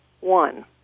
one